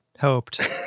hoped